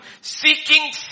seeking